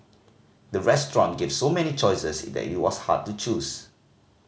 the restaurant gave so many choices that it was hard to choose